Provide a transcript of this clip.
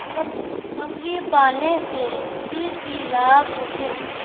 बकरी पालने से की की लाभ होचे?